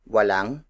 Walang